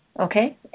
okay